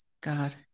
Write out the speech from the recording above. God